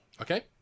Okay